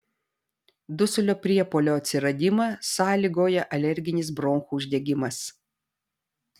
dusulio priepuolio atsiradimą sąlygoja alerginis bronchų uždegimas